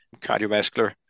cardiovascular